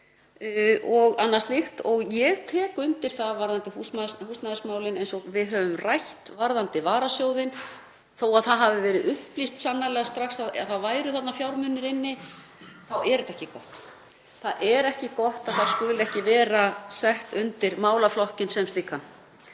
Ég tek undir það varðandi húsnæðismálin, eins og við höfum rætt varðandi varasjóðinn, að þó að strax hafi verið upplýst um að þarna væru fjármunir inni þá er þetta ekki gott. Það er ekki gott að þeir skuli ekki vera settir undir málaflokkinn sem slíkan.